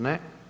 Ne.